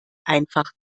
einfach